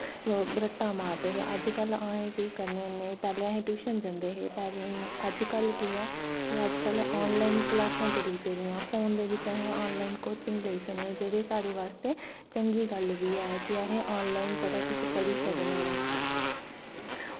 रट्टा मारदे हे अज्ज कल अस केह् करनें होनें पैह्लें अस टयूशन जंदे हे अज्ज कल केह् ऐ के अज्ज कल आनलाईन क्लासां चली पेदियां फोन च अस आन लाईन कोचिंग लेई सकनें आं जेह्ड़ी अस चंगी गल्ल बी ऐ कि अस आन लाईन बड़ी किश पढ़ी सकनें आं